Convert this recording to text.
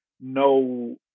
no